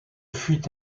fut